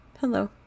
Hello